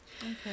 Okay